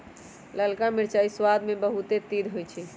ललका मिरचाइ सबाद में बहुते तित होइ छइ